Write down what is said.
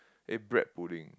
eh bread pudding